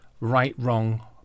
right-wrong